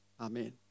Amen